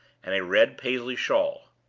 and a red paisley shawl.